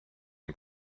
and